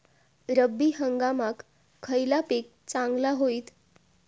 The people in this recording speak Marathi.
रब्बी हंगामाक खयला पीक चांगला होईत?